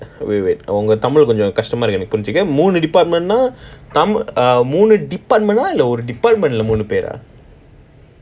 wait wait wait i~ I wait wait தமிழ் கொஞ்சம் கஷ்டமா இருக்கு புரிஞ்சிக்க மூணு:tamil konjam kashtamaa irukku purinjika moonu department னா மூணு:naa moonu department lah மூணு பேரா:moonu peraa